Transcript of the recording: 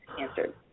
answered